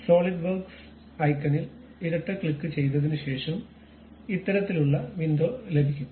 solid works ഐക്കണിൽ ഇരട്ട ക്ലിക്കുചെയ്തതിനുശേഷം ഇത്തരത്തിലുള്ള വിൻഡോ ലഭിക്കും